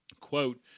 quote